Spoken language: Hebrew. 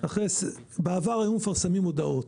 בעבר היינו מפרסמים מודעות.